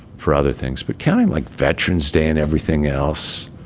for other things. but counting like veterans day and everything else,